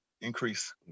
increase